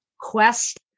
quest